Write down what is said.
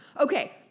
Okay